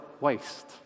waste